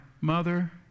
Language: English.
mother